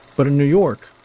but in new york,